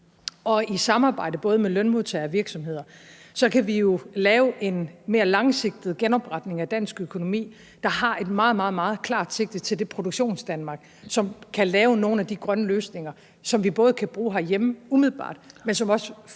kæmpestore fordel være, at vi jo kan lave en mere langsigtet genopretning af dansk økonomi, der har et meget, meget klart sigte til det Produktionsdanmark, som kan lave nogle af de grønne løsninger, som vi både kan bruge herhjemme umiddelbart, men som trods